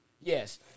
yes